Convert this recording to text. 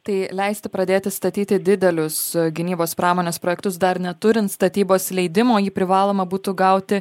tai leisti pradėti statyti didelius gynybos pramonės projektus dar neturint statybos leidimo jį privaloma būtų gauti